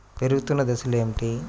పెరుగుతున్న దశలు ఏమిటి?